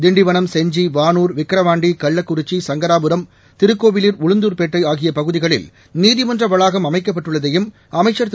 திண்டிவனம் செஞ்சி வானூர் விக்கிரவாண்டி கள்ளக்குறிச்சி சங்கராபுரம் திருக்கோவிலூர் உளுந்தூர்பேட்டை ஆகிய பகுதிகளில் நீதிமன்ற வளாகம் அமைக்கப்பட்டுள்ளதையும் அமைச்சர் திரு